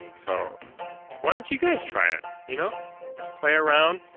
so why don't you guys try it. you know just play around